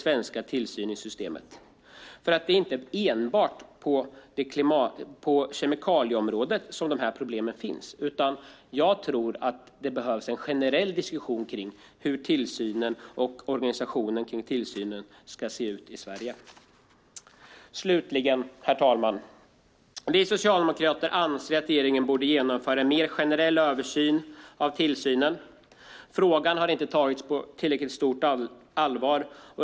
Eftersom problemen inte finns enbart på kemikalieområdet behövs det en generell diskussion om hur tillsynen och dess organisering ska se. Herr talman! Vi socialdemokrater anser att regeringen borde genomföra en mer generell översyn av tillsynen. Frågan har inte tagits på tillräckligt stort allvar.